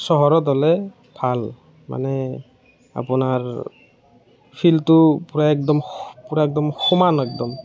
চহৰত হ'লে ভাল মানে আপোনাৰ ফিল্ডটো পূৰা একদম পূৰা একদম সমান একদম